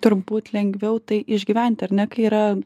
turbūt lengviau tai išgyventi ar ne kai yra